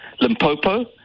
Limpopo